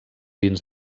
dins